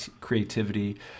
creativity